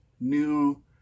new